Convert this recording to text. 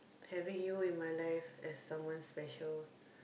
having you in my life as someone special